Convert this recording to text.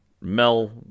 Mel